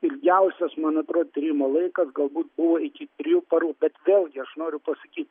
ilgiausias man atrodo laikas galbūt buvo iki trijų parų bet vėlgi aš noriu pasakyt